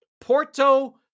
Porto